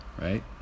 right